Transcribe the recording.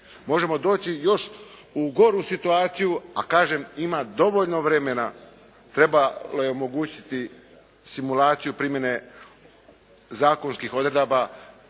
Možemo doći još u goru situaciju, a kažem ima dovoljno vremena, treba omogućiti simulaciju primjene zakonskih odredaba